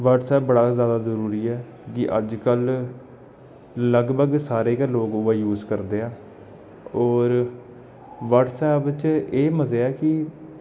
WhatsApp बड़ा गै जैदा जरूरी ऐ कि अजकल लगभग सारे गै लोग ओह् ऐ यूज करदे आ होर व्हाट्सऐप च एह् मजा ऐ कि